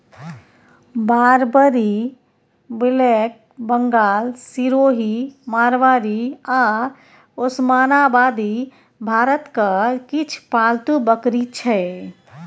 Barbari, black Bengal, Sirohi, Marwari आ ओसमानाबादी भारतक किछ पालतु बकरी छै